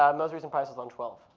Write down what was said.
um most recent price was on twelve.